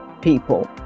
people